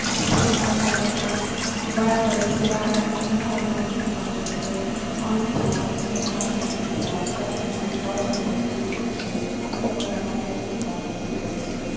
खस्सी बनाबएके बाद ओकरा बड़ा करैछे बड़ा करएमे ओकरा घट्टा बनाके खिलाबए छै अन्न खिलाबए छै घास काटिके खिलाबए छै तब खस्सी बड़ो होइत छै मजबूत होइत छै तब ओकरा कसाइके पास बेचि दए छै